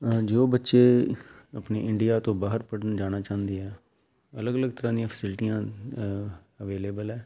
ਹਾਂਜੀ ਉਹ ਬੱਚੇ ਆਪਣੇ ਇੰਡੀਆ ਤੋਂ ਬਾਹਰ ਪੜ੍ਹਨ ਜਾਣਾ ਚਾਹੁੰਦੇ ਹੈ ਅਲੱਗ ਅਲੱਗ ਤਰ੍ਹਾਂ ਦੀਆਂ ਫੈਸਿਲਿਟੀਆਂ ਅਵੇਲੇਬਲ ਹੈ